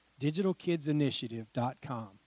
DigitalKidsInitiative.com